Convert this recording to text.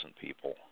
people